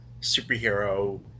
Superhero